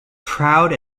proud